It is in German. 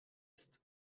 ist